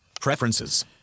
preferences